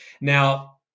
Now